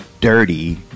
dirty